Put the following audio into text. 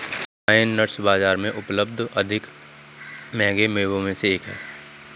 pine nuts बाजार में उपलब्ध अधिक महंगे मेवों में से एक हैं